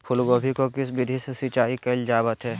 फूलगोभी को किस विधि से सिंचाई कईल जावत हैं?